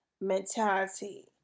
mentality